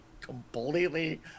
completely